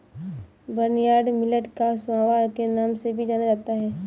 barnyard millet को सांवा के नाम से भी जाना जाता है